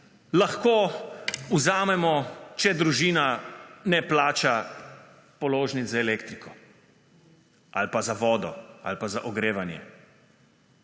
lahko vzamemo, če družina ne plača položnic za elektriko ali pa za vodo ali pa za ogrevanje.